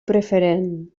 preferent